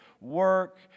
work